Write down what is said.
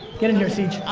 get in here ceej.